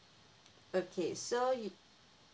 okay so y~